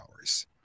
hours